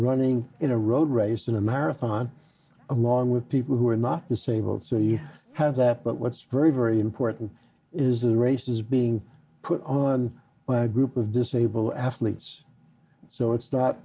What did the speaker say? running in a road race in a marathon along with people who are not the same boat so you have that but what's very very important is the race is being put on by a group of disabled athletes so it's not